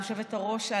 היושבת-ראש,